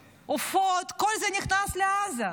עופות, כל זה נכנס לעזה.